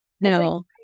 No